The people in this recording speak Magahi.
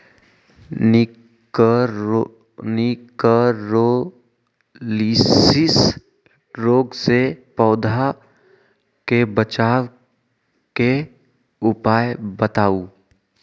निककरोलीसिस रोग से पौधा के बचाव के उपाय बताऊ?